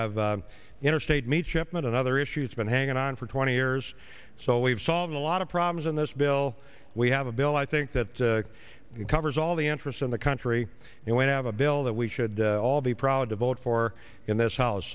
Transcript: have interstate meat shipment and other issues been hanging on for twenty years so we've solved a lot of problems in this bill we have a bill i think that covers all the interest in the country and when i have a bill that we should all be proud to vote for in this house